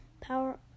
Power